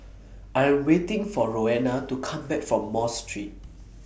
I Am waiting For Roena to Come Back from Mosque Street